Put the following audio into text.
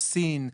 סין,